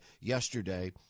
yesterday